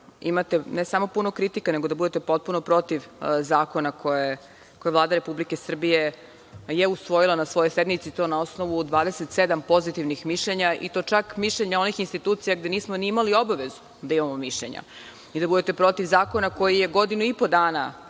imate ne samo puno kritika, nego da budete potpuno protiv zakona koji Vlada Republike Srbije je usvojila na svojoj sednici i to na osnovu 27 pozitivnih mišljenja, i to čak mišljenja onih institucija gde nismo ni imali obavezu da imamo mišljenja, i da budete protiv zakona koji je godinu i po dana